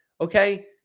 Okay